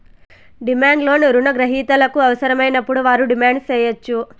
demand loan రుణ గ్రహీతలకు అవసరమైనప్పుడు వారు డిమాండ్ సేయచ్చు